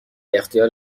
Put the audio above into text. اختیار